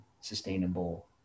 sustainable